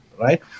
right